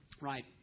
Right